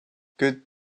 good